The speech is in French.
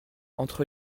entre